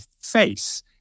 face